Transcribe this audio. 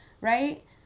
right